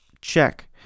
check